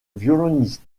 violonistes